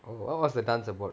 oh what was the dance about